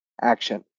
action